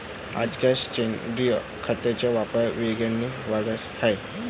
आजकाल सेंद्रिय खताचा वापर वेगाने वाढला आहे